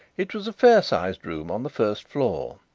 it was a fair-sized room on the first floor.